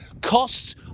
Costs